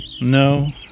No